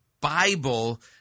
Bible